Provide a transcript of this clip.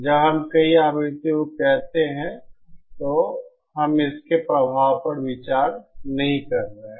जब हम कई आवृत्तियों को कहते हैं तो हम इसके प्रभाव पर विचार नहीं कर रहे हैं